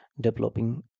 developing